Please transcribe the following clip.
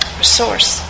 resource